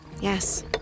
Yes